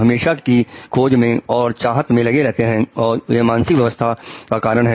हमेशा की खोज में और चाहत में लगे रहते हैं और यह मानसिक व्यस्तता का कारण है